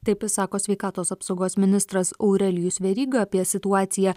taip sako sveikatos apsaugos ministras aurelijus veryga apie situaciją